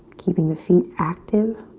keeping the feet active.